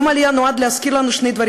יום העלייה נועד להזכיר לנו שני דברים